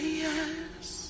yes